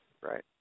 Right